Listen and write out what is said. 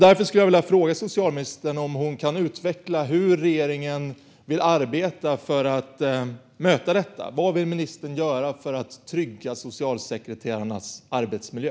Därför skulle jag vilja fråga socialministern om hon kan utveckla hur regeringen vill arbeta för att möta detta. Vad vill ministern göra för att trygga socialsekreterarnas arbetsmiljö?